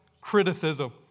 Criticism